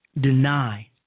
deny